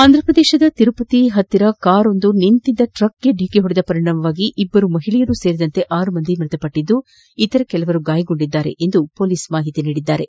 ಆಂಧ್ರಪ್ರದೇಶದ ತಿರುಪತಿ ಸಮೀಪದಲ್ಲಿ ಕಾರೊಂದು ನಿಂತಿದ್ದ ಲಾರಿಗೆ ಡಿಕ್ಕಿಪೊಡೆದ ಪರಿಣಾಮವಾಗಿ ಇಬ್ಬರು ಮಹಿಳೆಯರು ಸೇರಿದಂತೆ ಆರು ಮಂದಿ ಮೃತಪಟ್ಟು ಇತರರು ಗಾಯಗೊಂಡಿದ್ದಾರೆ ಎಂದು ಮೊಲೀಸರು ತಿಳಿಸಿದ್ದಾರೆ